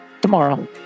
tomorrow